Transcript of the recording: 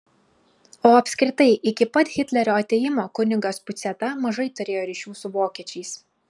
o apskritai iki pat hitlerio atėjimo kunigas puciata mažai turėjo ryšių su vokiečiais